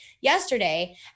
yesterday